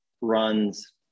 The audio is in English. runs